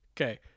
Okay